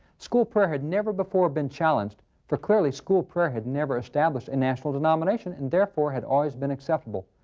school prayer had never before been challenged, for, clearly, school prayer had never established a national denomination, and therefore had always been acceptable.